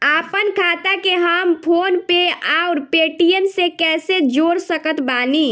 आपनखाता के हम फोनपे आउर पेटीएम से कैसे जोड़ सकत बानी?